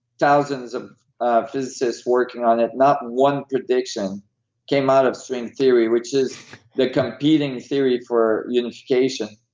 thousands of ah physicist working on it, not one prediction came out of string theory, which is the competing theory for unification.